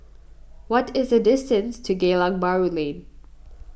what is the distance to Geylang Bahru Lane